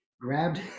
grabbed